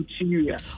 Interior